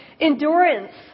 endurance